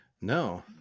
No